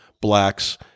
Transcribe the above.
blacks